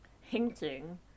hinting